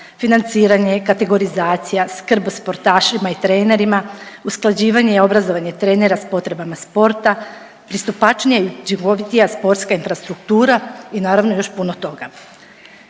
Financiranje, kategorizacija, skrb o sportašima i trenerima, usklađivanje i obrazovanje trenera s potrebama sporta, pristupačnija i učinkovitija sportska infrastruktura i naravno još puno toga.